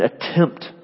attempt